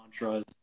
mantras